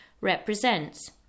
represents